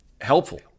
helpful